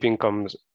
comes